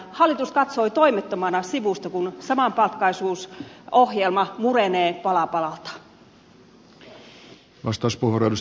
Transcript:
hallitus katsoi toimettomana sivusta kun samapalkkaisuusohjelma murenee pala palalta